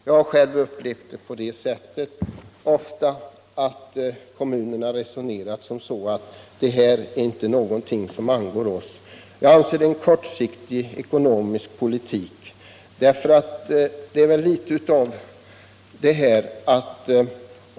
Jag har själv ofta funnit att kommunerna resonerar som så att detta inte är någonting som angår oss. Det anser jag vara en kortsiktig ekonomisk politik.